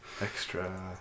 Extra